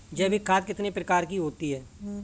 जैविक खाद कितने प्रकार की होती हैं?